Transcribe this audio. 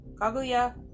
Kaguya